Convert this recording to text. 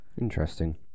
Interesting